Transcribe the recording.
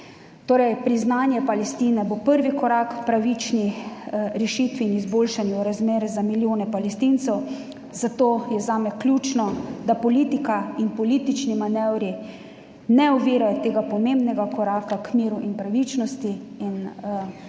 Priznanje Palestine bo prvi korak k pravični rešitvi in izboljšanju razmer za milijone Palestincev, zato je zame ključno, da politika in politični manevri ne ovirajo tega pomembnega koraka k miru in pravičnosti, in